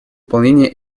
выполнение